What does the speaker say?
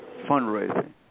Fundraising